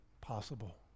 possible